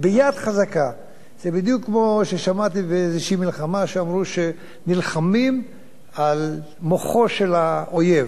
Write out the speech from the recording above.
זה בדיוק כמו ששמעתי באיזו מלחמה שאמרו שנלחמים על מוחו של האויב.